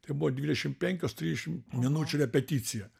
tai buvo dvidešim penkios trisdešim minučių repeticija